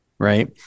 Right